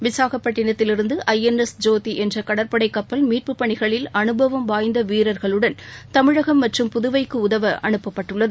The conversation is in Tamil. விசாகப்பட்டினத்திலிருந்து ஐ என் எஸ் ஜோதி என்ற கடற்படை கப்பல் மீட்புப் பணிகளில் அனுபவம் வாய்ந்த வீரர்களுடன் தமிழகம் மற்றும் புதுவைக்கு உதவ அனுப்பப்பட்டுள்ளது